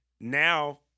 Now